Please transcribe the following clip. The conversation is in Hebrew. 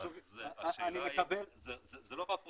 זה לא רק רוסית,